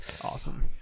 Awesome